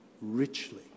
richly